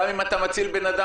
גם אם אתה מציל בן-אדם,